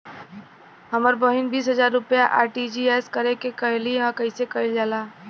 हमर बहिन बीस हजार रुपया आर.टी.जी.एस करे के कहली ह कईसे कईल जाला?